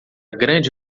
grande